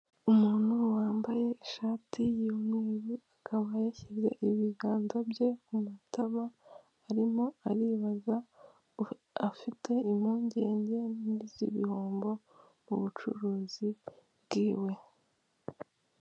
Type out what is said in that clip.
Umuntu wambaye ishati y'umweru, akaba yashyize ibiganza bye ku matama arimo aribaza, afite impungenge z'ibihombo mu bucuruzi bwiwe.